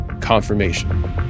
confirmation